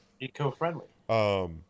Eco-friendly